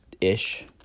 ish